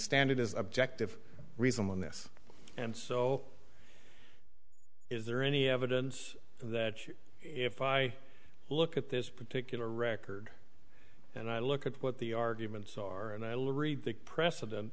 standard is objective reason on this and so is there any evidence that you if i look at this particular record and i look at what the arguments are and i will read the precedent